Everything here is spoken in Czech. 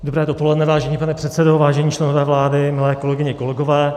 Dobré dopoledne, vážený pane předsedo, vážení členové vlády, milé kolegyně, kolegové.